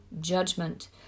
judgment